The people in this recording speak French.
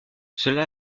cela